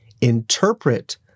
interpret